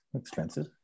Expensive